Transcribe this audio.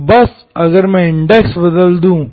तो बस मैं अगर इंडेक्स बदल दू